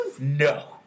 No